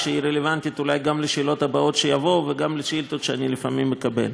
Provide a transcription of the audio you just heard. שהיא רלוונטית אולי גם לשאלות הבאות וגם לשאילתות שאני לפעמים מקבל.